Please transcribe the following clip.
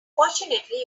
fortunately